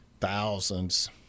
thousands